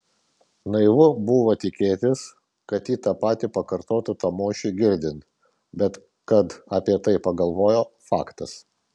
naivu buvo tikėtis kad ji tą patį pakartotų tamošiui girdint bet kad apie tai pagalvojo faktas